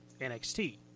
NXT